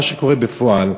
מה שקורה בפועל,